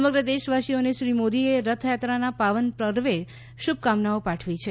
સમગ્ર દેશવાસીઓને શ્રી મોદીએ રથયાત્રાના પાવન પર્વે શુભકામનાઓ પાઠવી છે